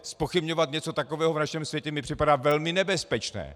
Zpochybňovat něco takového v našem světě mi připadá velmi nebezpečné.